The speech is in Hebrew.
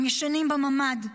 הם ישנים בממ"ד.